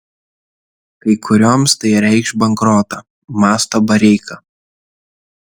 kai kurioms tai reikš bankrotą mąsto bareika